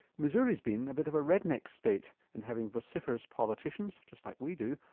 missouri has been a bit of a red neck state in having vociferous politicians, just like we do